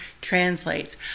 translates